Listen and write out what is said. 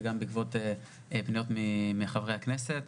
וגם בעקבות פניות מחברי הכנסת.